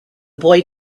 boy